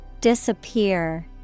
Disappear